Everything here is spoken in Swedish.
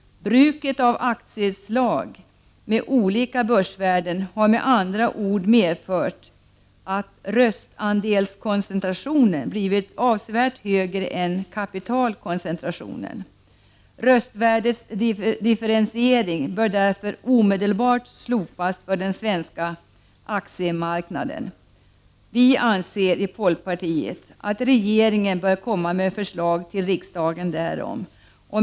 Bruket av aktieslag med olika börsvärden har med andra ord medfört att röstandelskoncentrationen blivit avsevärt högre än kapitalkoncentrationen. Röstvärdesdifferentiering bör därför omedelbart slopas för den svenska aktiemarknaden. Vi anser i folkpartiet att regeringen bör komma med förslag till riksdagen därom.